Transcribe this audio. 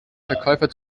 verkäufer